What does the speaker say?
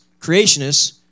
creationists